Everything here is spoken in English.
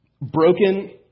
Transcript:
broken